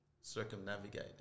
circumnavigate